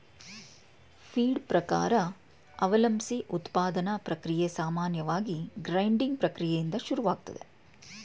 feed ಪ್ರಕಾರ ಅವಲಂಬ್ಸಿ ಉತ್ಪಾದನಾ ಪ್ರಕ್ರಿಯೆ ಸಾಮಾನ್ಯವಾಗಿ ಗ್ರೈಂಡಿಂಗ್ ಪ್ರಕ್ರಿಯೆಯಿಂದ ಶುರುವಾಗ್ತದೆ